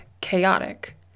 chaotic